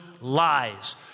lies